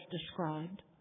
described